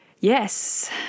Yes